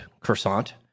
croissant